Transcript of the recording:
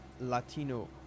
Latino